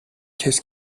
کِز